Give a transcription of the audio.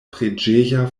preĝeja